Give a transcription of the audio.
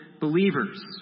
believers